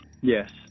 Yes